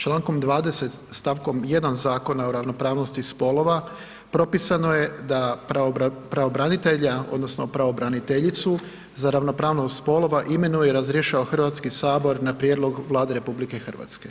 Člankom 20. stavkom 1. Zakona o ravnopravnosti spolova propisano je da pravobranitelja, odnosno pravobraniteljicu za ravnopravnost spolova imenuje i razrješava Hrvatski sabor na prijedlog Vlade RH.